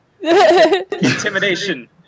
Intimidation